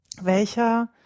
welcher